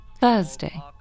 Thursday